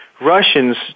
Russians